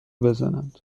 بزنند